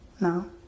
No